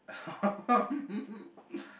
um